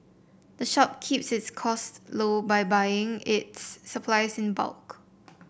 the shop keeps its costs low by buying its supplies in bulk